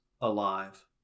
alive